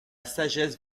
sagesse